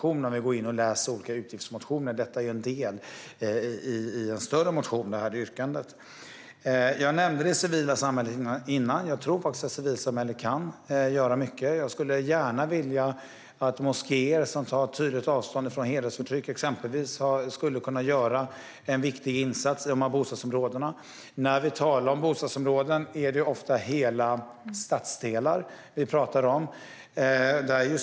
Det ser man om man går in och läser olika utgiftsmotioner. Det här yrkandet är en del i en större motion. Jag nämnde det civila samhället innan, och jag tror att civilsamhället kan göra mycket. Jag tror att moskéer som tar tydligt avstånd från hedersförtryck exempelvis skulle kunna göra en viktig insats i de här bostadsområdena. När vi talar om bostadsområden är det ofta hela stadsdelar vi menar.